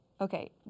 Okay